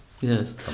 Yes